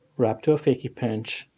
wrap to a fakey pinch.